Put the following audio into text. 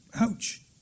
Ouch